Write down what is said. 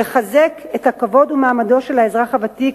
לחזק את כבודו ומעמדו של האזרח הוותיק